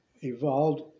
Evolved